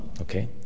okay